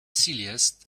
silliest